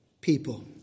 people